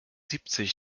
siebzig